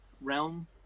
realm